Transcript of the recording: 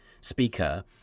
speaker